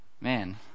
Man